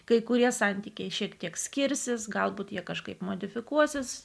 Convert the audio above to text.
kai kurie santykiai šiek tiek skirsis galbūt jie kažkaip modifikuosis